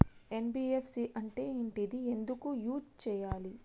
NBFC అంటే ఏంటిది ఎందుకు యూజ్ చేయాలి?